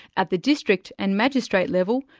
at the district and magistrate level,